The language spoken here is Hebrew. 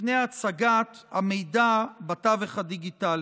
לפני הצגת המידע בתווך הדיגיטלי.